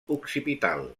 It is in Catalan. occipital